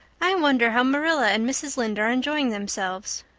i wonder how marilla and mrs. lynde are enjoying themselves.